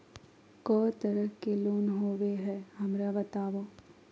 को तरह के लोन होवे हय, हमरा बताबो?